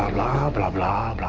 um blah blah blah